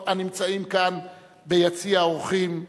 הנמצאים כאן ביציע האורחים,